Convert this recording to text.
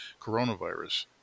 coronavirus